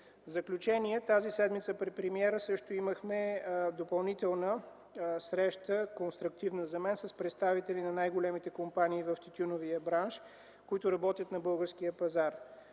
В заключение, тази седмица при премиера имахме допълнителна среща, конструктивна за мен, с представители на най-големите компании в тютюневия бранш, които работят на българския пазар.